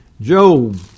Job